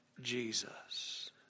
Jesus